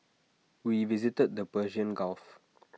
we visited the Persian gulf